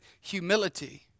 humility